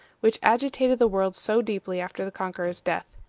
which agitated the world so deeply after the conqueror's death.